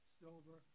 silver